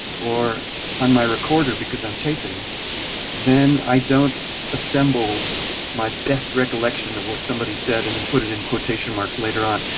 or on my recorder because i'm taping then i don't assemble my best recollection of what somebody said and then put it in quotation marks later on.